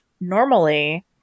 Normally